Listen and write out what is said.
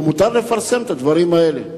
ומותר לפרסם את הדברים האלה.